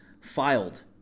filed